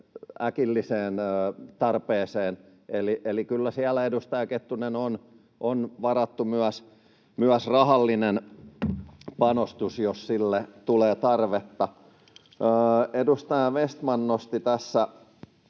äkilliseen tarpeeseen, eli kyllä siellä, edustaja Kettunen, on varattu myös rahallinen panostus, jos sille tulee tarvetta. Edustaja Vestman nosti tässä